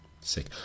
sick